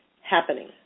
happening